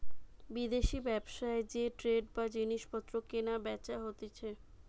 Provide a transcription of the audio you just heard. বিদেশি ব্যবসায় যে ট্রেড বা জিনিস পত্র কেনা বেচা হতিছে